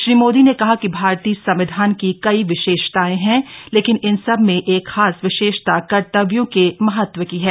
श्री मोदी ने कहा कि भारतीय संविधान की कई विशेषताएं हैं लेकिन इन सब में एक खास विशेषता कर्तव्यों के महत्व की है